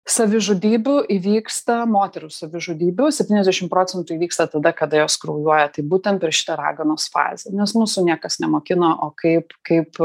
savižudybių įvyksta moterų savižudybių septyniasdešim procentų įvyksta tada kada jos kraujuoja tai būtent per šitą raganos fazę nes mūsų niekas nemokino o kaip kaip